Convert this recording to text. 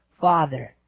Father